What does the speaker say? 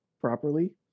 properly